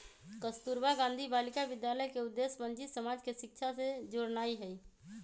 कस्तूरबा गांधी बालिका विद्यालय के उद्देश्य वंचित समाज के शिक्षा से जोड़नाइ हइ